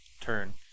turn